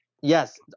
yes